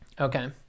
okay